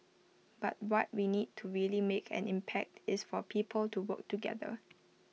but what we need to really make an impact is for people to work together